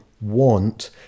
want